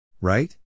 Right